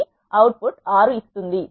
అది అవుట్పుట్ 6 ఇస్తుంది